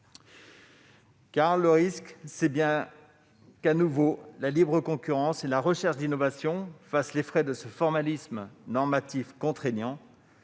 Le risque, c'est bien qu'à nouveau la libre concurrence et la recherche d'innovation fassent les frais de ce formalisme normatif contraignant.